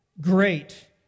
Great